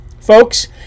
folks